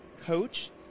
coach